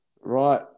Right